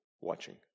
watching